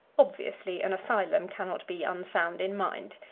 obviously an asylum cannot be unsound in mind.